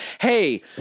Hey